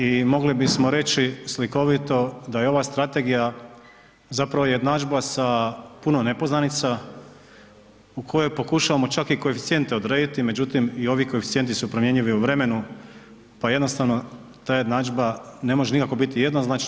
I mogli bismo reći slikovito da je ova strategija zapravo jednadžba sa puno nepoznanica u kojoj pokušavamo čak i koeficijente odrediti, međutim i ovi koeficijenti su promjenjivi u vremenu pa jednostavno ta jednadžba ne možemo nikako biti jednoznačna.